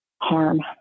harm